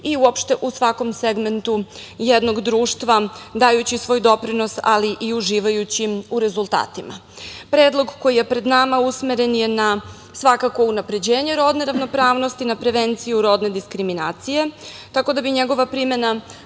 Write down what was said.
i uopšte u svakom segmentu jednog društva dajući svoj doprinos, ali i uživajući u rezultatima. Predlog koji je pred nama, usmeren je na svakako unapređenje rodne ravnopravnosti, na prevenciju rodne diskriminacije, tako da bi njegova primena